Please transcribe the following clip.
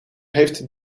heeft